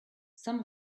some